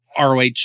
ROH